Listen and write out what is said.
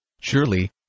Surely